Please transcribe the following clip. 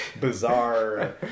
bizarre